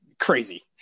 crazy